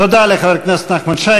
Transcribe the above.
תודה לחבר הכנסת נחמן שי.